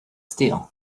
steel